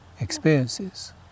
experiences